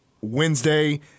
Wednesday